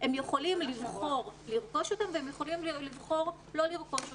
הם יכולים לבחור לרכוש אותם והם יכולים לבחור לא לרכוש אותם.